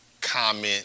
comment